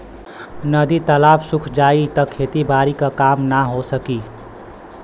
नदी तालाब सुख जाई त खेती बारी क काम ना हो सकी